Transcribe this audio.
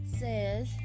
says